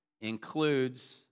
includes